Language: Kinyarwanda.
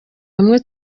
hamwe